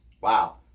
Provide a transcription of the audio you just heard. wow